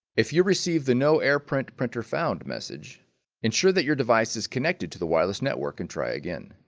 if you receive the no air print printer found message ensure that your device is connected to the wireless network and try again.